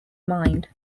mind